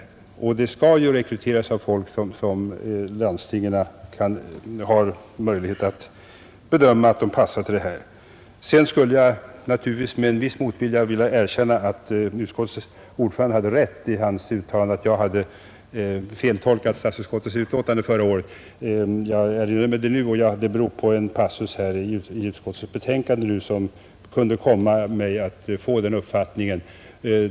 Nämndemännen skall naturligtvis rekryteras bland människor som landstingen bedömer som lämpade för uppdragen. Sedan måste jag naturligtvis med en viss motvilja erkänna att utskottets ordförande måhända hade rätt i sitt uttalande att jag hade feltolkat statsutskottets utlåtande förra året; jag erinrar mig det nu. Det var en passus i civilutskottets betänkande som kom mig att få den uppfattningen.